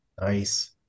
Nice